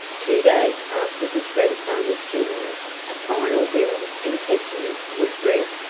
two days after his grandfather's funeral a final will and testament was read,